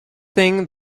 thing